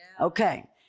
Okay